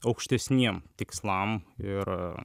aukštesniem tikslam ir